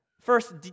First